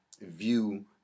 view